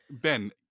Ben